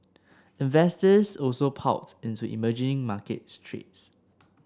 investors also piled into emerging market trades